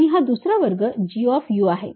आणि हा दुसरा वक्र G आहे